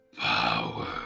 power